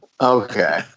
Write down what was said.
Okay